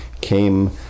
came